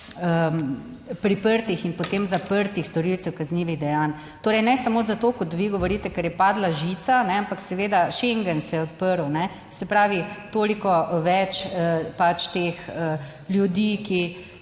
priprtih in potem zaprtih storilcev kaznivih dejanj? Torej ne samo zato, kot vi govorite, ker je padla žica, ampak seveda Schengen se je odprl, se pravi toliko več pač teh ljudi, ki